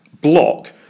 block